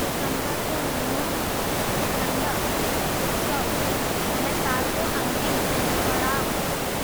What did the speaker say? दिसंबर रो महीनो ठंडक, उत्सव अने साल रो अंतिम पड़ाव